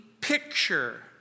picture